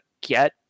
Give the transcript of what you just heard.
get